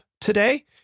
today